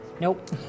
Nope